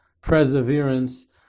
perseverance